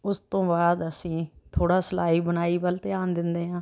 ਉਸ ਤੋਂ ਬਾਅਦ ਅਸੀਂ ਥੋੜ੍ਹਾ ਸਿਲਾਈ ਬੁਣਾਈ ਵੱਲ ਧਿਆਨ ਦਿੰਦੇ ਹਾਂ